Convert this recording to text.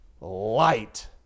light